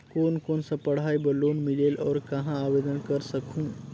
कोन कोन सा पढ़ाई बर लोन मिलेल और कहाँ आवेदन कर सकहुं?